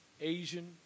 Asian